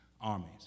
armies